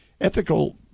Ethical